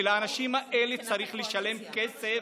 ולאנשים האלה צריך לשלם כסף.